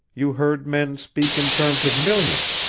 you heard men speak in terms of millions,